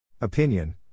Opinion